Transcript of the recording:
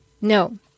no